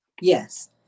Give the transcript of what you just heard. Yes